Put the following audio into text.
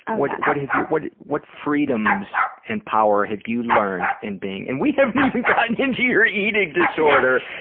and what what have you, what what freedoms and power have you learned in being, and we haven't even gotten into your eating disorder.